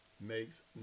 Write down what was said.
Makes